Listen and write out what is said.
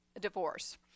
divorce